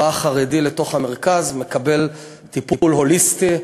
בא חרדי למרכז, מקבל טיפול הוליסטי,